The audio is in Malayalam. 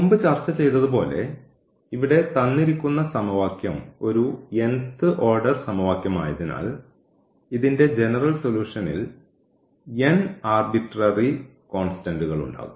മുമ്പ് ചർച്ച ചെയ്തതുപോലെ ഇവിടെ തന്നിരിക്കുന്ന സമവാക്യം ഒരു ഓർഡർ സമവാക്യം ആയതിനാൽ ഇതിൻറെ ജനറൽ സൊലൂഷനിൽ ആർബിട്രറി കോൺസ്റ്റന്റ്കളുണ്ടാകും